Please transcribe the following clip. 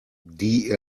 die